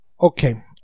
okay